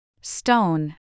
Stone